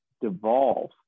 devolve